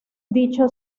dicho